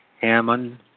Hammond